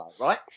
right